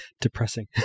depressing